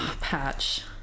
Patch